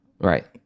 Right